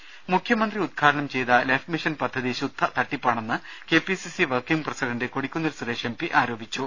രുദ മുഖ്യമന്ത്രി ഉദ്ഘാടനം ചെയ്ത ലൈഫ് മിഷൻ പദ്ധതി ശുദ്ധ തട്ടിപ്പാണെന്ന് K P C C working president Kodikunnil Suresh M P ആരോപിച്ചു